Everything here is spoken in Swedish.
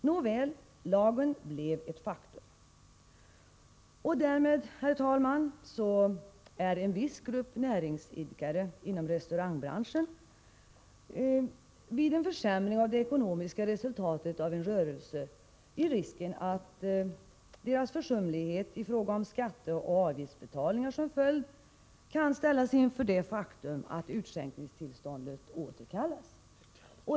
Nåväl, lagen blev ett faktum. Herr talman! En viss grupp näringsidkare — inom restaurangbranschen — riskerar således, om en försämring av det ekonomiska resultatet av rörelsen resulterar i försumlighet i fråga om skatteoch avgiftsbetalningar, att ställas inför det faktum att utskänkningstillståndet återkallas.